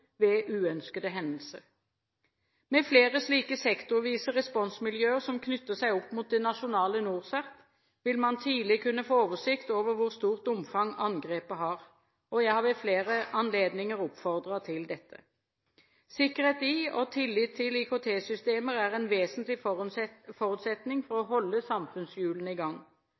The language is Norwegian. ved uønskede hendelser. Med flere slike sektorvise responsmiljøer som knytter seg opp mot det nasjonale NorCERT, vil man tidlig kunne få oversikt over hvor stort omfang angrepet har. Jeg har ved flere anledninger oppfordret til dette. Sikkerhet i og tillit til IKT-systemer er en vesentlig forutsetning for å holde samfunnshjulene i gang.